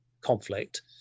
conflict